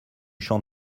champ